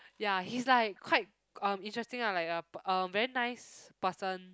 ya he's like quite um interesting lah like uh a very nice person